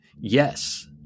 yes